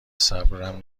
صبرم